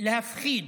להפחיד